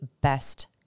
best